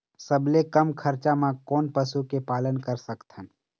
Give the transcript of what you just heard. सबले कम खरचा मा कोन पशु के पालन कर सकथन?